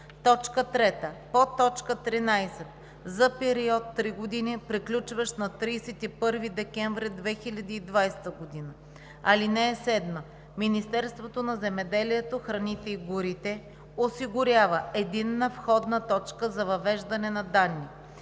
г.; 3. по т. 13 – за период три години, приключващ на 31 декември 2020 г. (7) Министерството на земеделието, храните и горите осигурява единна входна точка за въвеждане на данни.